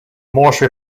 morse